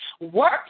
Work